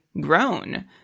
grown